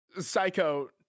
Psycho